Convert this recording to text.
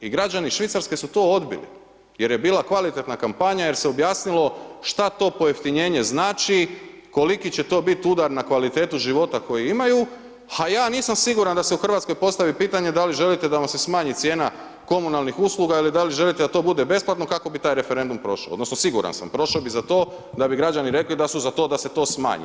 I građani Švicarske su to odbili jer je bila kvalitetna kampanja, jer se objasnilo šta to pojeftinjenje znači, koliki će to biti udar na kvalitetu života koju imaju a ja nisam siguran da se u Hrvatskoj postavi pitanje da li želite da vam se smanji cijena komunalnih usluga ili da li želite da to bude besplatno, kako bi taj referendum prošao, odnosno siguran sam prošao bi za to da bi građani rekli da su za to da se to smanji.